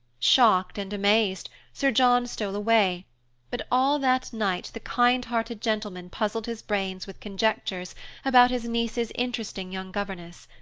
shocked and amazed, sir john stole away but all that night the kindhearted gentleman puzzled his brains with conjectures about his niece's interesting young governess,